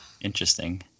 Interesting